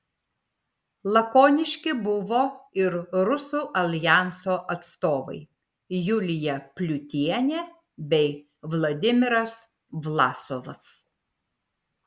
lakoniški buvo ir rusų aljanso atstovai julija pliutienė bei vladimiras vlasovas